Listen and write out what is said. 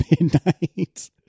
midnight